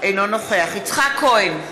אינו נוכח יצחק כהן,